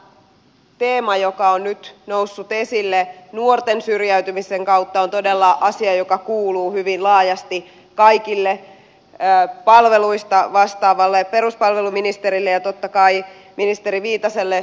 tämä teema joka on nyt noussut esille nuorten syrjäytymisen kautta on todella asia joka kuuluu hyvin laajasti kaikille palveluista vastaavalle peruspalveluministerille ja totta kai ministeri viitaselle